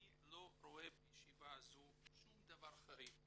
אני לא רואה בישיבה הזו שום דבר חריג,